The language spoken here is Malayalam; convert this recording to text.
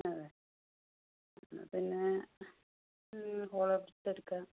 അതെ എന്നാൽപ്പിന്നെ ഹോളോ ബ്രിക്സ് എടുക്കാം